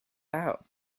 out